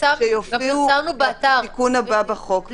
שההוראות יופיעו בתיקון הבא בחוק.